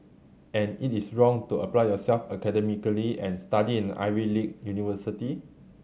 and it is wrong to apply yourself academically and study in an Ivy league university